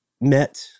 met